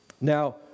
Now